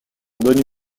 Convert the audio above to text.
bonne